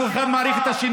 אנחנו מעריכים אחד את השני,